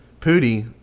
Pootie